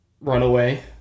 runaway